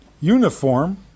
uniform